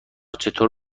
چطور